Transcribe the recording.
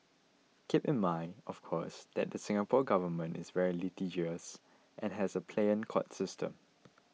keep in mind of course that the Singapore Government is very litigious and has a pliant court system